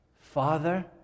Father